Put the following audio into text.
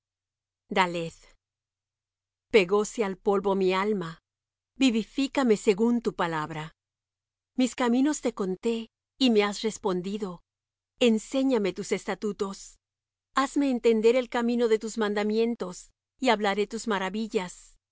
pegóse al polvo mi alma vivifícame según tu palabra mis caminos te conté y me has respondido enséñame tus estatutos hazme entender el camino de tus mandamientos y hablaré de tus maravillas